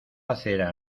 acera